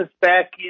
back